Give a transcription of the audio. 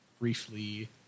briefly